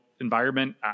environment